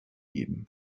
geben